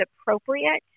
appropriate